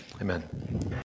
Amen